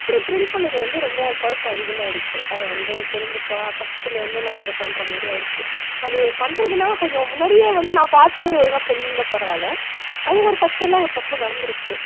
அப்படி பிரிண்ட் பண்ணிணது வந்து ரொம்ப குழப்பம் அதிகமாகிடுச்சு அதை வந்து திரும்ப பர்ஸ்ட்லேயிருந்து நான் வந்து பண்ணுற மாதிரி ஆகிடுச்சு அது பண்ணுறதுன்னா கொஞ்சம் முன்னாடியே வந்து நான் பார்த்து ஒழுங்காக பண்ணியிருந்தா பரவாயில்ல அது ஒரு தற்செயலாக ஒரு தப்பு நடந்துடுச்சு